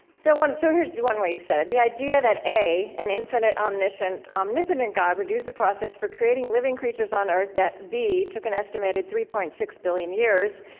so so here's one way you've said it the idea that, a, an infinite omniscient omnipotent god would use a process for creating living creatures on earth that, b, took an estimated three point six billion years,